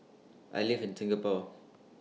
I live in Singapore